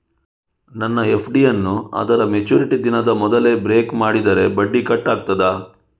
ನನ್ನ ಎಫ್.ಡಿ ಯನ್ನೂ ಅದರ ಮೆಚುರಿಟಿ ದಿನದ ಮೊದಲೇ ಬ್ರೇಕ್ ಮಾಡಿದರೆ ಬಡ್ಡಿ ಕಟ್ ಆಗ್ತದಾ?